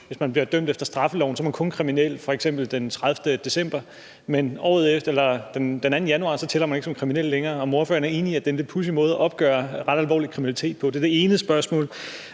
hvis man bliver dømt efter straffeloven f.eks. den 30. december, er man kriminel, men den 2. januar tæller man ikke som kriminel længere. Er ordføreren enig i, at det er en lidt pudsig måde at opgøre ret alvorlig kriminalitet på? Det er det ene spørgsmål.